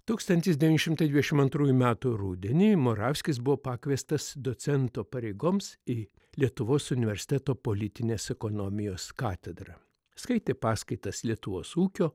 tūkstantis devyni šimtai dvidešim antrųjų metų rudenį moravskis buvo pakviestas docento pareigoms į lietuvos universiteto politinės ekonomijos katedrą skaitė paskaitas lietuvos ūkio